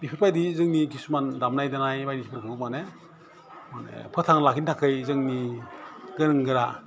बेफोरबायदि जोंनि खिसुमान दामनाय देनाय बायदिफोरखौबो माने माने फोथांना लाखिनो थाखै जोंनि गोरों गोरा